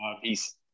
Peace